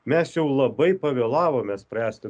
mes jau labai pavėlavome spręsti